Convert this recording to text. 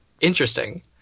interesting